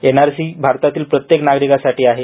NRC भारतातील प्रत्येक नागरिकासाठी आहे